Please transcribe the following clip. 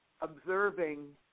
observing